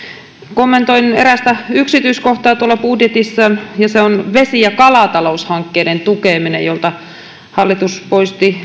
kommentoin erästä yksityiskohtaa tuolla budjetissa ja se on vesi ja kalataloushankkeiden tukeminen jolta hallitus poisti